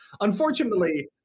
Unfortunately